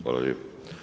Hvala lijepo.